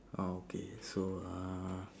orh okay so uh